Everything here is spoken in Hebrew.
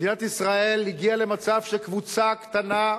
מדינת ישראל הגיעה למצב שקבוצה קטנה,